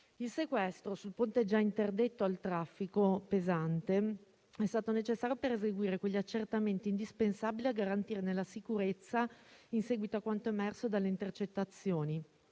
Il sequestro sul ponte già interdetto al traffico pesante è stato necessario per eseguire degli accertamenti indispensabili a garantirne la sicurezza in seguito a quanto emerso dalle intercettazioni.